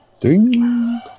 Ding